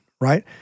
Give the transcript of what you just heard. right